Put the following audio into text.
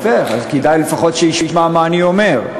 יפה, אבל כדאי לפחות שישמע מה אני אומר.